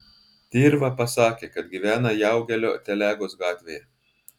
tirva pasakė kad gyvena jaugelio telegos gatvėje